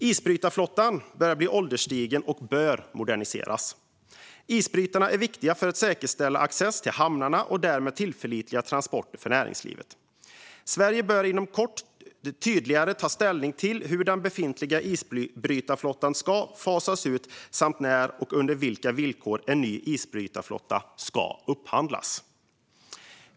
Isbrytarflottan börjar bli ålderstigen och bör moderniseras. Isbrytarna är viktiga för att säkerställa access till hamnarna och därmed tillförlitliga transporter för näringslivet. Sverige bör inom kort tydligare ta ställning till hur den befintliga isbrytarflottan ska fasas ut och när och under vilka villkor en ny isbrytarflotta ska upphandlas.